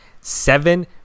seven